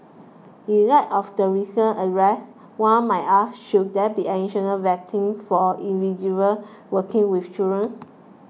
in light of the recent arrest one might ask should there be additional vetting for individuals working with children